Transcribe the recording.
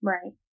Right